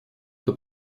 эта